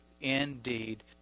indeed